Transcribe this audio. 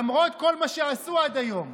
למרות כל מה שעשו עד היום,